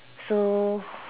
so